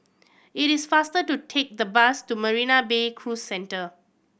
it is faster to take the bus to Marina Bay Cruise Centre